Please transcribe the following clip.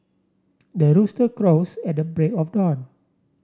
the rooster crows at the break of dawn